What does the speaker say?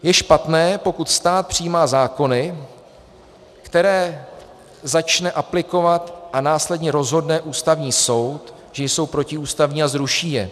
Je špatné, pokud stát přijímá zákony, které začne aplikovat a následně rozhodne Ústavní soud, že jsou protiústavní, a zruší je.